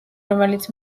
რომელიც